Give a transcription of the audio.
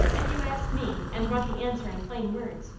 if you ask me, and want the answer in plain words,